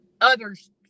others